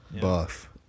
buff